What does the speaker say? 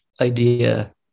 idea